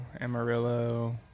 Amarillo